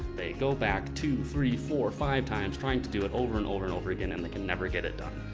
they go back two, three, four, five times trying to do it over and over and over again, and they can never get it done.